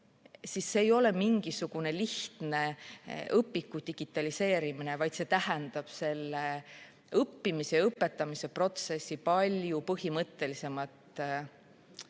siis see ei ole mingisugune lihtne õpiku digitaliseerimine, vaid see tähendab õppimise ja õpetamise protsessi palju põhimõttelisemat